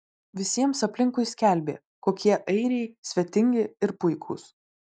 visiems aplinkui skelbė kokie airiai svetingi ir puikūs